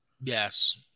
Yes